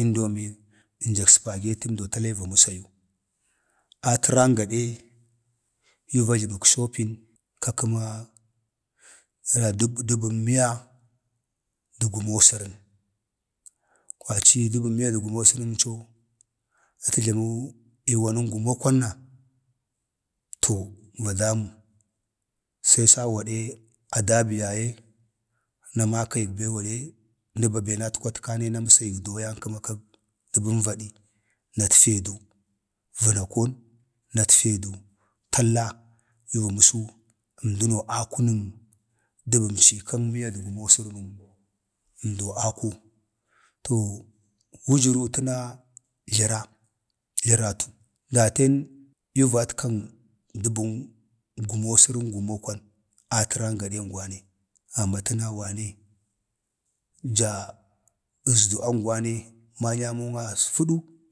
indomie dək spagetəmdo tala yuu va məsayu atəran gade yuu va jləmək shopping kak kəma neran dəban miya da gumoo sərən, kwaci dəban miya da gumosərənmco atə jlama iiwanən gumookwan na to, va damu se sawgade adabəktəra yaye na makayək bewade nə ba ben atkwatkane na na məsayig doyan kəma kag dəban vadi, natfee du, vənakon natfee du, tallayu va məsuu, əmənoo akunən dən amcii kan miya dəg gumosərənun, doo ako too wujəru təna jləra jləratu. daten yuu vatkan dəban gumo səran gumokwan a təran gadən ngwane, amma təna wanee ja əzdu angwane manyamoona fədu,